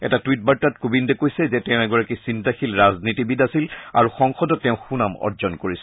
এটা টুইট বাৰ্তাত শ্ৰীকোৱিন্দে কৈছে যে তেওঁ এগৰাকী চিন্তাশীল ৰাজনীতিবিদ আছিল আৰু সংসদত তেওঁ সুনাম অৰ্জন কৰিছিল